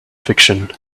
fiction